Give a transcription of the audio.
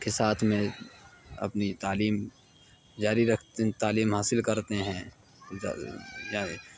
کے ساتھ میں اپنی تعلیم جاری رکھتے تعلیم حاصل کرتے ہیں